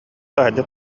таһырдьа